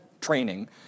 training